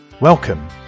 Welcome